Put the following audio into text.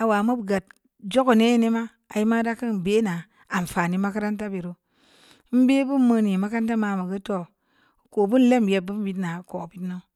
a wa mu gak jo'wune’ nne ma ai ma ra kan bə na anfani makaranta biru mbe munu makaranta ma'a gə to’ ko'un le bi na kwa pin no.